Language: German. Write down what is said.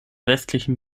westlichen